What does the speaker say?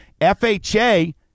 FHA